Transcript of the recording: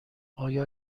آیا